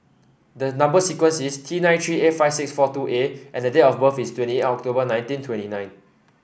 the number sequence is T nine three eight five six four two A and date of birth is twenty October nineteen twenty nine